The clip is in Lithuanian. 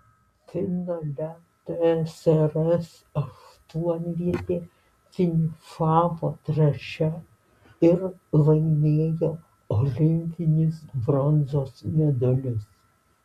finale tsrs aštuonvietė finišavo trečia ir laimėjo olimpinius bronzos medalius